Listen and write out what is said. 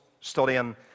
studying